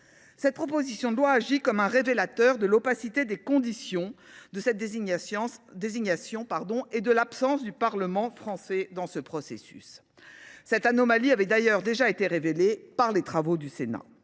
Cette proposition de loi agit comme un révélateur de l’opacité des conditions de cette désignation et de l’absence du Parlement français dans le processus. Cette anomalie avait d’ailleurs déjà été révélée par les travaux du Sénat.